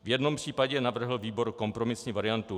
V jednom případě navrhl výbor kompromisní variantu.